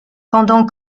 pendant